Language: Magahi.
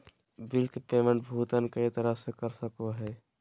बिल के पेमेंट भुगतान कई तरह से कर सको हइ